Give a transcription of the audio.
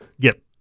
get